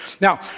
Now